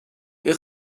این